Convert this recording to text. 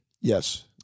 Yes